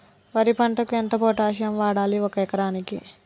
వరి పంటకు ఎంత పొటాషియం వాడాలి ఒక ఎకరానికి?